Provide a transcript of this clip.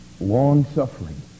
long-suffering